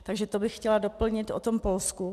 Takže to bych chtěla doplnit o Polsku.